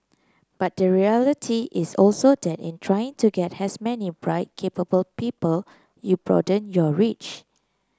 but the reality is also that in trying to get as many bright capable people you broaden your reach